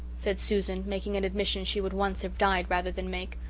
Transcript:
said susan, making an admission she would once have died rather than make,